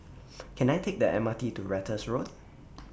Can I Take The M R T to Ratus Road